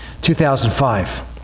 2005